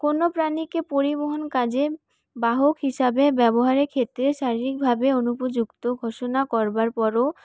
কোন প্রাণীকে পরিবহণ কাজে বাহক হিসেবে ব্যবহারের ক্ষেত্রে শারীরিকভাবে অনুপযুক্ত ঘোষণা করবার পরও